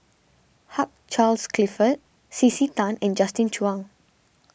Hugh Charles Clifford C C Tan and Justin Zhuang